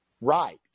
right